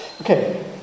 Okay